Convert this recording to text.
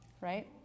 right